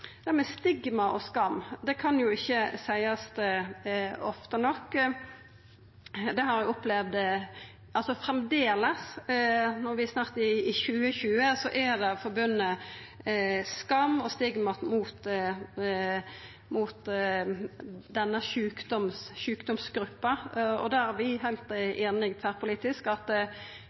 Det med stigma og skam kan ikkje nemnast ofte nok. Eg har opplevd at framleis, når vi snart er i 2020, er det knytt skam og stigma til denne sjukdomsgruppa. Der er vi heilt einige tverrpolitisk om at